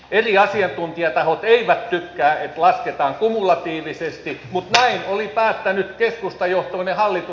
eri asiantuntijatahot eivät tykkää että lasketaan kumulatiivisesti mutta näin oli päättänyt keskustajohtoinen hallitus